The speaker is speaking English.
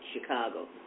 Chicago